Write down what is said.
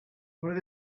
what